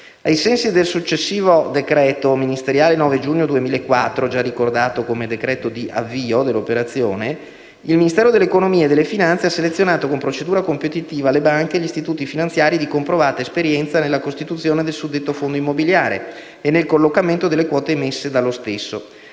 Ai sensi del successivo decreto ministeriale del 9 giugno 2004 (il cosiddetto e già ricordato "decreto di avvio" dell'operazione), il Ministero dell'economia e delle finanze ha selezionato con procedura competitiva le banche e gli istituti finanziari di comprovata esperienza nella costituzione del suddetto Fondo immobiliare e nel collocamento delle quote emesse dallo stesso.